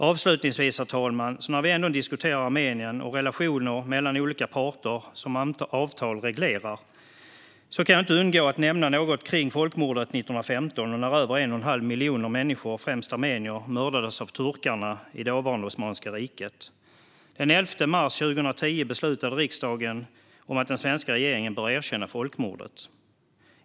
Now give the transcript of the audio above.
Avslutningsvis, herr talman, kan jag inte, när vi ändå diskuterar Armenien och relationer mellan olika parter som regleras i avtal, undgå att nämna något kring folkmordet 1915, när över 1,5 miljoner människor, främst armenier, mördades av turkarna i dåvarande Osmanska riket. Den 11 mars 2010 beslutade riksdagen om att den svenska regeringen bör erkänna folkmordet.